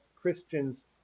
Christians